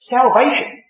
Salvation